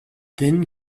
then